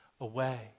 away